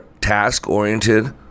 task-oriented